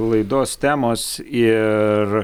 laidos temos ir